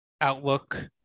outlook